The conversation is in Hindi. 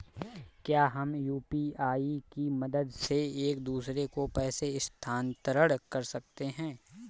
क्या हम यू.पी.आई की मदद से एक दूसरे को पैसे स्थानांतरण कर सकते हैं?